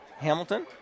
Hamilton